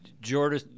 Jordan